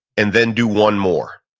and then do one more.